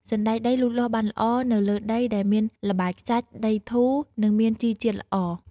សណ្ដែកដីលូតលាស់បានល្អនៅលើដីដែលមានល្បាយខ្សាច់ ដីធូរ និងមានជីជាតិល្អ។